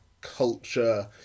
culture